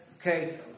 Okay